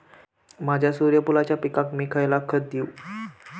माझ्या सूर्यफुलाच्या पिकाक मी खयला खत देवू?